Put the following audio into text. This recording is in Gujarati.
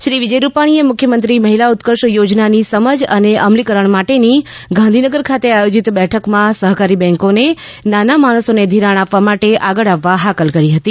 શ્રી વિજય રૂપાણીએ મુખ્યમંત્રી મહિલા ઉત્કર્ષ યોજનાની સમજ અને અમલીકરણ માટેની ગાંધીનગર ખાતે આયોજીત બેઠકમાં સહકારી બેન્કીને નાના માણસોને ધિરાણ આપવા માટે આગળ આવવા હાકલ કરી હતી